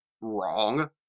wrong